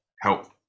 help